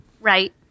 Right